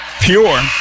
pure